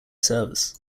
service